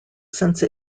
since